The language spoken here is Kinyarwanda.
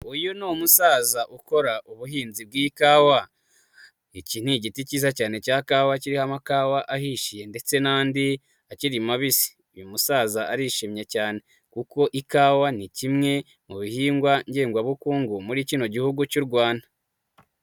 Uyu ni umusaza ukora ubuhinzi bw'ikawa, iki ni igiti cyiza cyane cya kawa kiriho amakawa ahishye ndetse n'andi akiri mabisi, uyu musaza arishimye cyane kuko ikawa ni kimwe mu bihingwa bukungu muri kino gihugu cy'u Rwanda.